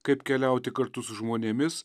kaip keliauti kartu su žmonėmis